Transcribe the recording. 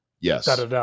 Yes